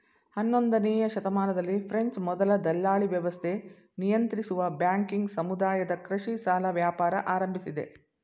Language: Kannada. ಹನ್ನೊಂದನೇಯ ಶತಮಾನದಲ್ಲಿ ಫ್ರೆಂಚ್ ಮೊದಲ ದಲ್ಲಾಳಿವ್ಯವಸ್ಥೆ ನಿಯಂತ್ರಿಸುವ ಬ್ಯಾಂಕಿಂಗ್ ಸಮುದಾಯದ ಕೃಷಿ ಸಾಲ ವ್ಯಾಪಾರ ಆರಂಭಿಸಿದೆ